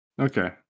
Okay